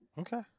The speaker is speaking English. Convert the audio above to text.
Okay